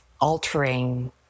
altering